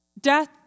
death